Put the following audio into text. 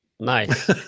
nice